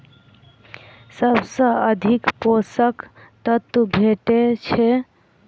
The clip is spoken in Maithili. सबसँ अधिक पोसक तत्व भेटय छै?